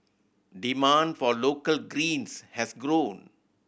demand for local greens has grown